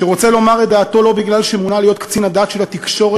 שרוצה לומר את דעתו לא כי מונה להיות קצין הדת של התקשורת,